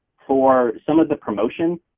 for some of the promotion